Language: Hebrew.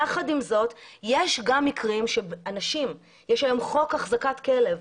יחד עם זאת, יש היום חוק החזקת כלב.